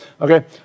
Okay